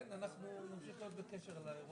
אדוני ממשרד הפנים על הדברים החשובים שאמרת בקשר לרעש.